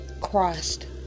crossed